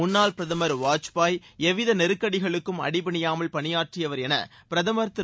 முன்னாள் பிரதமர் வாஜ்பாய் எவ்வித நெருக்கடிகளுக்கும் அடிபணியாமல் பணியாற்றியவர் என பிரதமர் திரு